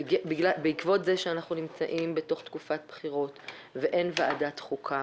בעקבות זה שאנחנו נמצאים בתוך תקופת בחירות ואין ועדת חוקה,